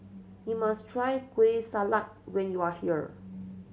you must try Kueh Salat when you are here